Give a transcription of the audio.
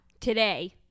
today